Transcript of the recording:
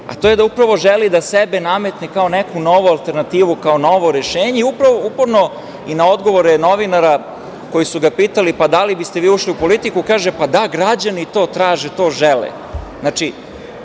a to je da upravo želi da sebe nametne kao neku novu alternativu, kao novo rešenje i uporno na odgovore novinara koji su ga pitali -–da li biste vi ušli u politiku, kaže – da, građani to traže, to žele.